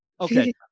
okay